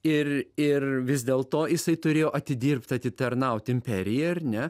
ir ir vis dėlto jisai turėjo atidirbt atitarnaut imperijai ar ne